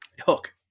Hook